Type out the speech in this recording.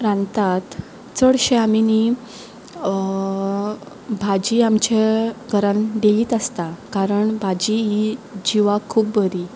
रांदतात चडशें आमी न्ही भाजी आमचे घरान डेलीच आसता कारण भाजी ही जिवाक खूब बरी